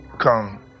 come